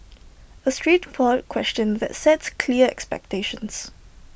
A straightforward question that sets clear expectations